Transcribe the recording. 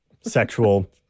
sexual